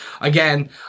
again